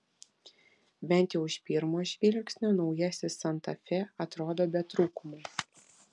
bent jau iš pirmo žvilgsnio naujasis santa fe atrodo be trūkumų